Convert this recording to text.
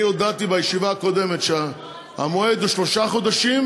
אני הודעתי בישיבה הקודמת שהמועד הוא שלושה חודשים.